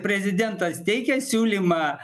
prezidentas teikia siūlymą